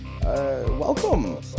welcome